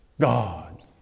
God